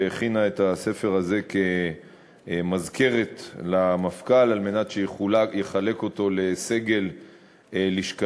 שהכינה את הספר הזה כמזכרת למפכ"ל על מנת שיחלק אותו לסגל לשכתו.